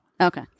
Okay